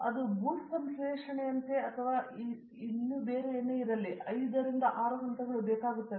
ಅದು ಬೂಟ್ ಸಂಶ್ಲೇಷಣೆಯಂತೆ ಅಥವಾ ಅದು ಏನೇ ಇರಲಿ ಅದಕ್ಕೆ 5 ರಿಂದ 6 ಹಂತಗಳು ಬೇಕಾಗುತ್ತದೆ